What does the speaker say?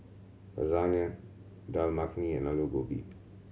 Lasagna Dal Makhani and Alu Gobi